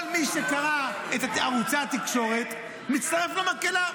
כל מי שקרא את ערוצי התקשורת מצטרף למקהלה.